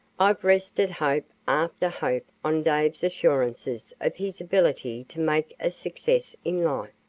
i've rested hope after hope on dave's assurances of his ability to make a success in life.